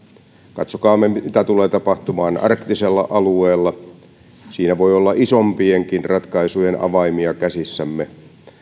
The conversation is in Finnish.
katsokaamme mitä tulee tapahtumaan arktisella alueella siinä voi olla isompienkin ratkaisujen avaimia käsissämme